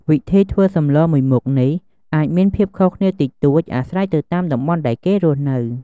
វិធីធ្វើសម្លមួយមុខនេះអាចមានភាពខុសគ្នាតិចតួចអាស្រ័យទៅតាមតំបន់ដែលគេរស់នៅ។